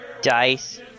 Dice